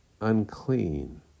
unclean